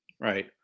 Right